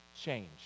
change